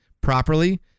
properly